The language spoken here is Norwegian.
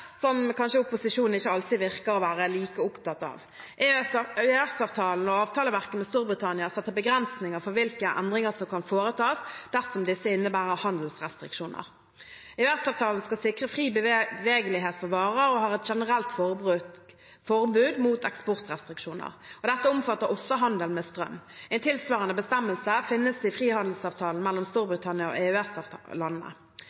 som kanskje opposisjonen ikke alltid virker å være like opptatt av. EØS-avtalen og avtaleverket med Storbritannia setter begrensninger for hvilke endringer som kan foretas, dersom disse innebærer handelsrestriksjoner. EØS-avtalen skal sikre fri bevegelighet for varer og har et generelt forbud mot eksportrestriksjoner. Dette omfatter også handel med strøm. En tilsvarende bestemmelse finnes i frihandelsavtalen mellom